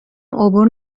عبور